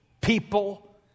People